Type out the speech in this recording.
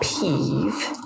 peeve